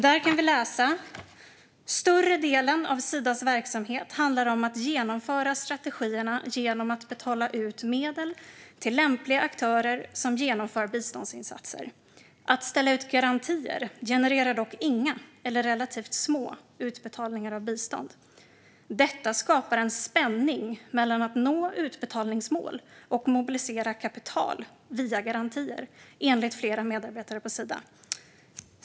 Där kan vi läsa följande: "Större delen av Sidas verksamhet handlar om att genomföra strategierna genom att betala ut medel till lämpliga aktörer som genomför biståndsinsatser. Att ställa ut garantier genererar dock inga, eller relativt små, utbetalningar av bistånd. Detta skapar en spänning mellan att nå utbetalningsmål och mobilisera kapital via garantier, enligt flera medarbetare på Sida."